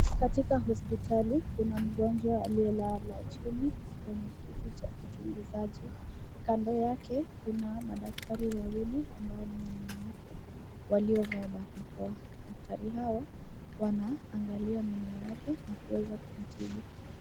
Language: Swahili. Katika hospitali kuna mgonjwa aliyelala chini, kwenye kiti cha uchunguzaji, kando yake kuna madaktari wawili ambao ni wanawake, waliovaa barakoa, daktari hawa wanaangalia meno yake, nakuweza kumtibu.